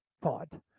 thought